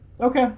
Okay